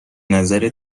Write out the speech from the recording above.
نظر